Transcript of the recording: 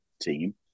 team